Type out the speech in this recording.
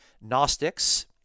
gnostics